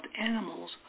animals